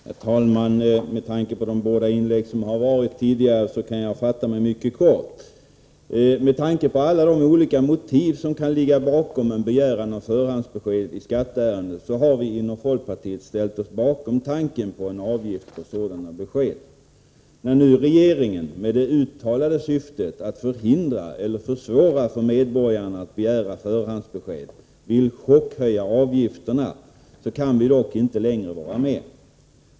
Herr talman! Efter de båda tidigare inläggen i den här debatten kan jag fatta mig mycket kort. Med tanke på alla olika motiv som kan ligga bakom en begäran om förhandsbesked i skatteärenden har vi i folkpartiet ställt oss bakom förslaget om en avgift för sådana besked. När nu regeringen med det uttalade syftet att förhindra eller försvåra för medborgarna att begära förhandsbesked vill chockhöja avgifterna kan vi dock inte längre vara med.